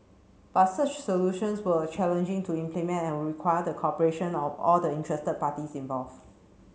but such solutions were challenging to implement and would require the cooperation of all the interested parties involved